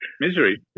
misery